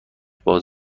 باز